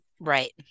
Right